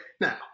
now